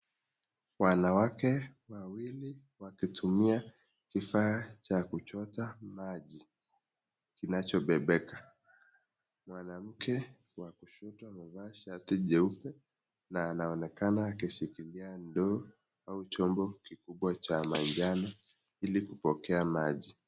Wanawake wawili wakitumia kifaa cha kuchota maji kinachobebeka. Mwanamke wa kuchota amevaa shati jeupe na anaonekana akishikilia ndoo au chombo kikubwa cha manjano ili kupokea maji.